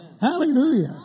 Hallelujah